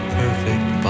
perfect